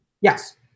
Yes